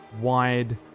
wide